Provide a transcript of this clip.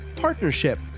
partnership